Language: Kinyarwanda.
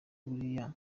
buriya